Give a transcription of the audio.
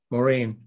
Maureen